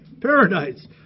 Paradise